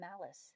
malice